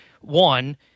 one